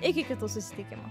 iki kitų susitikimų